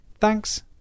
Thanks